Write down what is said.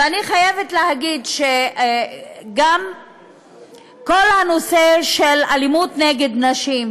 ואני חייבת להגיד שגם כל הנושא של אלימות נגד נשים,